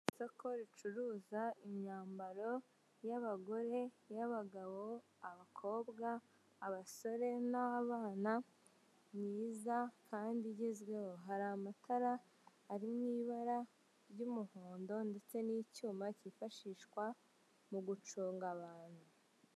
Isoko ricuruza imyambaro iy'abagore, abakobwa, abasore n'abana myiza kandi igezweho hari amatara ari mu ibara ry'umuhondo ndetse n'icyuma kifashishwa mu guconga abantu.